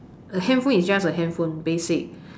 a handphone is just a handphone basic